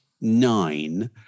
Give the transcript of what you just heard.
nine